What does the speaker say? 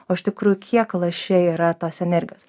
o iš tikrųjų kiek laše yra tos energijos